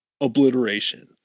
obliteration